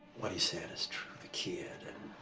what he said was true, with the kid and.